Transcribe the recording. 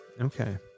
Okay